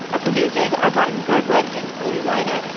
our producers are barton girdwood and chloee weiner.